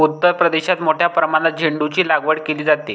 उत्तर प्रदेशात मोठ्या प्रमाणात झेंडूचीलागवड केली जाते